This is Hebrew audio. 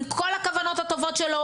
עם כל הכוונות הטובות שלו,